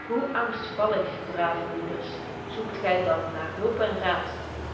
hoe angstvallig brave moeders zoekt gy dan naar hulp en raad